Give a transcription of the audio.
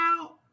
out